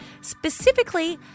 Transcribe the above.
specifically